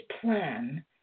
plan